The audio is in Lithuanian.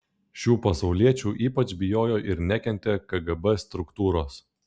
šių pasauliečių ypač bijojo ir nekentė kgb struktūros